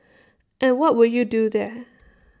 and what will you do there